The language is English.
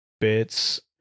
bits